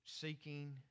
seeking